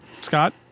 Scott